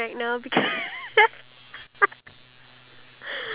okay I have a creative question for you okay